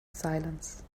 silence